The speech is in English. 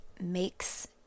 makes